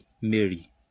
Mary